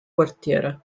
quartiere